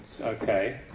okay